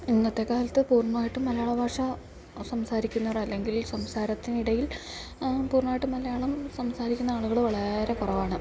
ഇന്നത്തേക്കാലത്ത് പൂർണ്ണമായിട്ടും മലയാള ഭാഷ സംസാരിക്കുന്നവർ അല്ലെങ്കിൽ സംസാരത്തിനിടയിൽ പൂർണ്ണമായിട്ടും മലയാളം സംസാരിക്കുന്ന ആളുകൾ വളരെ കുറവാണ്